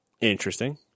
Interesting